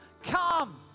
Come